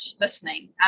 listening